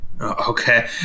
Okay